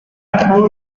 толгойг